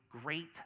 great